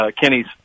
Kenny's